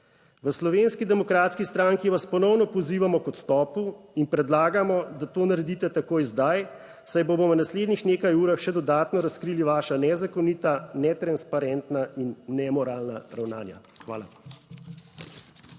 V Slovenski demokratski stranki vas ponovno pozivamo k odstopu in predlagamo, da to naredite takoj zdaj, saj bomo v naslednjih nekaj urah še dodatno razkrili vaša nezakonita, netransparentna in nemoralna ravnanja. Hvala.